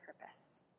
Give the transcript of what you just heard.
purpose